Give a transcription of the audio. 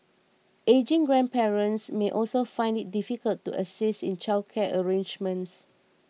ageing grandparents may also find it difficult to assist in childcare arrangements